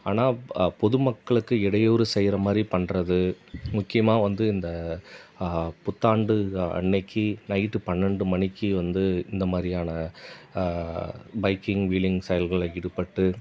ஆனால் பொது மக்களுக்கு இடையூறு செய்கிற மாதிரி பண்ணுறது முக்கியமாக வந்து இந்த புத்தாண்டு அன்றைக்கி நைட்டு பன்னெரெண்டு மணிக்கு வந்து இந்த மாதிரியான பைக்கிங் வீலிங் செயல்களில் ஈடுபட்டு